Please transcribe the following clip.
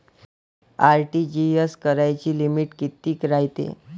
RTGS कराची limit कितीक रायते?